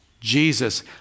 Jesus